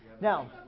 Now